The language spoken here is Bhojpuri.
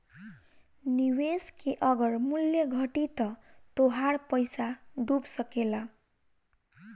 निवेश के अगर मूल्य घटी त तोहार पईसा डूब सकेला